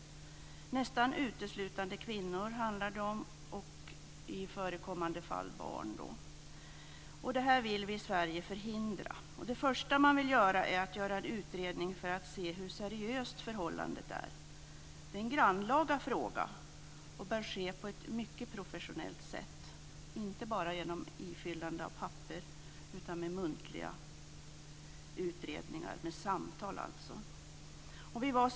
Det handlar nästan uteslutande om kvinnor och i förekommande fall barn. Det här vill vi i Sverige förhindra. Det första man vill göra är en utredning för att se hur seriöst förhållandet är. Det är en grannlaga uppgift. Det här bör ske på ett mycket professionellt sätt, inte bara genom att man fyller i papper utan också genom muntliga utredningar, dvs. samtal.